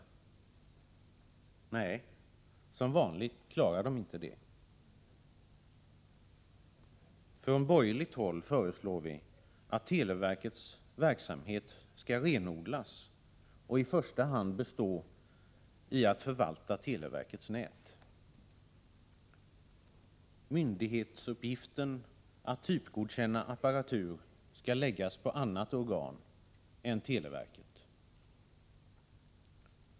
Nej, som vanligt klarar de inte av det. Från borgerligt håll föreslår vi att televerkets verksamhet skall renodlas och i första hand bestå i att förvalta televerkets nät. Myndighetsuppgiften att typgodkänna apparatur skall läggas på annat organ än televerket.